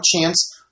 chance